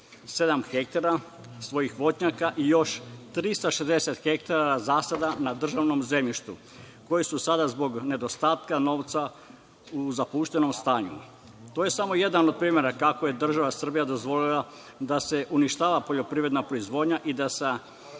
37 hektara svojih voćnjaka i još 360 hektara zasada na državnom zemljištu, koji su sada zbog nedostatka novca u zapuštenom stanju. To je samo jedan od primera kako je država Srbija dozvolila da se uništava poljoprivredna proizvodnja i da sa